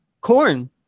corn